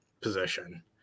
position